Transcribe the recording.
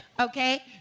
Okay